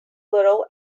little